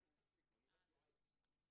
זה אתם תחליטו, אני רק יועץ.